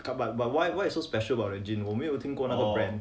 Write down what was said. but but but why what's so special about the gin 我没有听过那个 brand